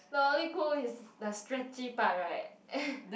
no only cool is the stretchy part right